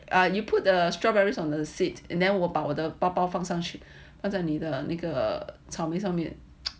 and you put the strawberries on the seat and then 我把我的包包放上去在你的那个草莓上面